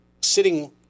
sitting